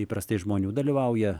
įprastai žmonių dalyvauja